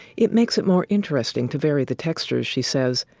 it makes it more interesting to vary the textures she says.